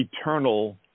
eternal